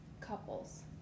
couples